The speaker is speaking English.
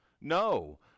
No